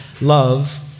love